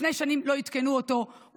שנים לא עדכנו אותו,